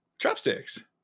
Chopsticks